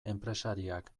enpresariak